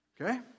Okay